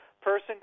Person